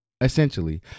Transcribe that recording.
essentially